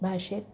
भाषेत